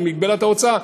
עם מגבלת ההוצאה?